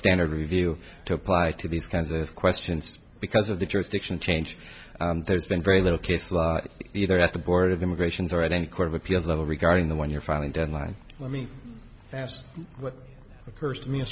standard review to apply to these kinds of questions because of the jurisdiction change there's been very little case law either at the board of immigrations or at any court of appeals level regarding the one you're filing deadline let me ask you what occurs to me